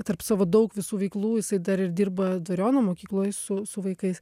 tarp savo daug visų veiklų jisai dar ir dirba dvariono mokykloj su su vaikais